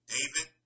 David